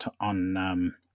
on